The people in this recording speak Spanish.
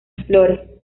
flores